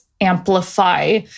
amplify